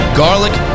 garlic